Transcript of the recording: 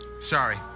Sorry